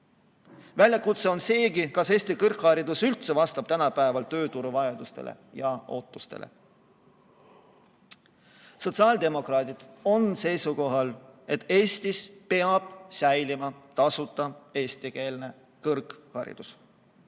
Väljakutse on seegi, kas Eesti kõrgharidus üldse vastab tänapäeva tööturu vajadustele ja ootustele. Sotsiaaldemokraadid on seisukohal, et Eestis peab säilima tasuta eestikeelne kõrgharidus.